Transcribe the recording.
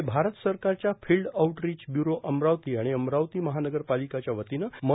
ते भारत सरकारच्या field outreach bureau Amravati आणि अमरावती महानगरपालिकाच्या वतीने म